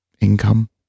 income